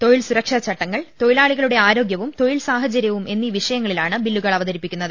തൊഴിൽ സുരക്ഷാ ചട്ടങ്ങൾ തൊഴി ലാളികളുടെ ആരോഗൃവും തൊഴിൽ സാഹചര്യവും എന്നീ വിഷയങ്ങളി ലാണ് ബില്ലുകൾ അവതരിപ്പിക്കുന്നത്